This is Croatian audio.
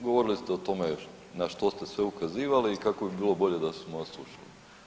govorili ste o tome na što ste sve ukazivali i kako bi bilo bolje da smo vas slušali.